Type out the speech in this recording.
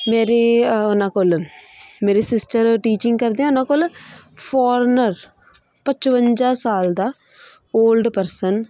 ਮੇਰੇ ਉਹਨਾਂ ਕੋਲ ਮੇਰੇ ਸਿਸਟਰ ਟੀਚਿੰਗ ਕਰਦੇ ਉਹਨਾਂ ਕੋਲ ਫੋਰਨਰ ਪਚਵੰਜਾ ਸਾਲ ਦਾ ਓਲਡ ਪਰਸਨ